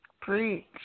Preach